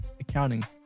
accounting